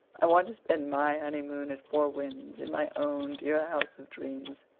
i want to spend my honeymoon at four winds in my own dear house of dreams.